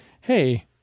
hey